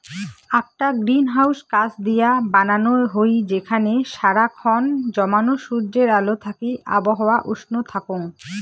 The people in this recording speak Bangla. আকটা গ্রিনহাউস কাচ দিয়া বানানো হই যেখানে সারা খন জমানো সূর্যের আলো থাকি আবহাওয়া উষ্ণ থাকঙ